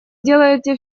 делаете